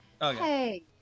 Hey